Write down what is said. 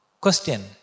question